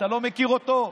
אתה לא מכיר אותו?